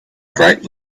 great